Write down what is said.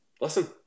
listen